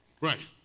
Right